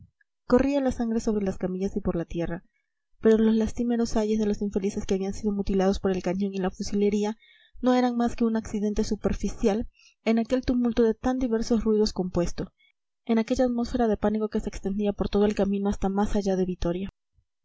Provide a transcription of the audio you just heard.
corría la sangre sobre las camillas y por la tierra pero los lastimeros ayes de los infelices que habían sido mutilados por el cañón y la fusilería no eran más que un accidente superficial en aquel tumulto de tan diversos ruidos compuesto en aquella atmósfera de pánico que se extendía por todo el camino hasta más alla de vitoria